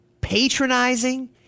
patronizing